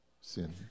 sin